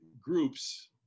groups